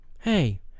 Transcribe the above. hey